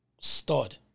stud